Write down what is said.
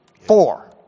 four